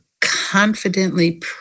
confidently